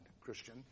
Christian